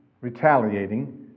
retaliating